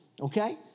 okay